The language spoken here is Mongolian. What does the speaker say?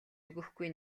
өгөхгүй